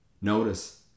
Notice